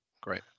Great